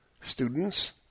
students